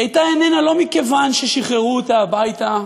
היא הייתה "איננה" לא מכיוון ששחררו אותה הביתה,